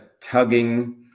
tugging